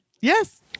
Yes